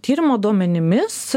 tyrimo duomenimis